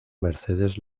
mercedes